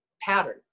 pattern